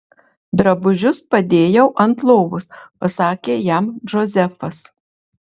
drabužius padėjau ant lovos pasakė jam džozefas